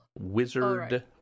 Wizard